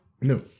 No